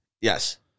Yes